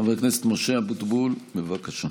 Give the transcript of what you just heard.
חבר הכנסת משה אבוטבול, בבקשה.